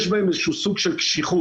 יש בהם איזשהו סוג של קשיחות.